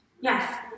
Yes